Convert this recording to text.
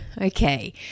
Okay